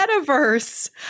metaverse